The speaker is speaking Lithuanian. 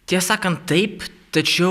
tie sakant taip tačiau